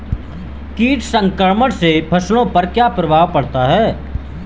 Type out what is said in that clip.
कीट संक्रमण से फसलों पर क्या प्रभाव पड़ता है?